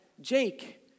Jake